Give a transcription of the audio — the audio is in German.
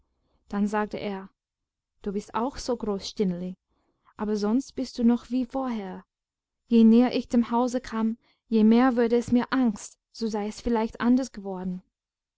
dann sagte er du bist auch so groß stineli aber sonst bist du noch wie vorher je näher ich dem hause kam je mehr wurde es mir angst du seiest vielleicht anders geworden